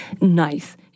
nice